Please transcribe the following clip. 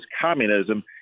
communism